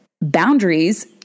boundaries